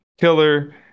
killer